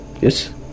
yes